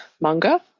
manga